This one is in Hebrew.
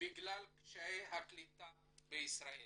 בגלל קשיי הקליטה בישראל.